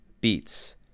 beats